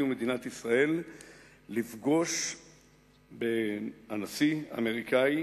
ומדינת ישראל לפגוש בנשיא האמריקני ובממשלו,